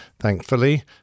thankfully